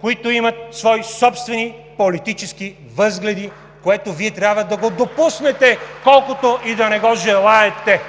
които имат свои собствени политически възгледи, което Вие трябва да го допуснете, колкото и да не го желаете.